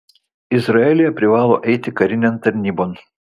izraelyje privalo eiti karinėn tarnybon